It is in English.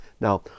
Now